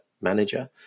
manager